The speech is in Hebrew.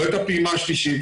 לא את הפעימה השלישית,